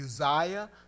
Uzziah